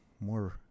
more